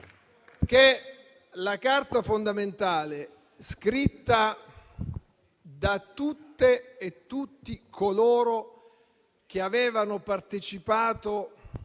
la Carta fondamentale, scritta da tutte e tutti coloro che avevano partecipato